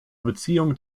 beziehungen